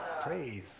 Praise